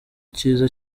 cyiza